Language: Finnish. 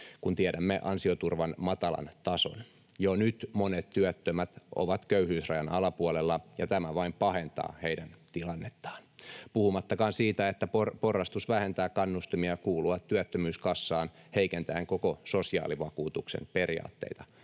kun tiedämme ansioturvan matalan tason. Jo nyt monet työttömät ovat köyhyysrajan alapuolella, ja tämä vain pahentaa heidän tilannettaan puhumattakaan siitä, että porrastus vähentää kannustimia kuulua työttömyyskassaan heikentäen koko sosiaalivakuutuksen periaatteita,